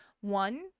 One